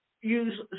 use